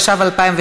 חברים.